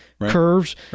curves